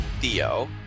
theo